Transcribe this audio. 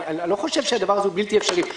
אני לא חושב שהדבר הזה הוא בלתי אפשרי,